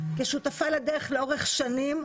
כשותפה לדרך לאורך שנים,